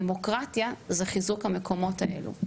דמוקרטיה זה חיזוק המקומות האלה.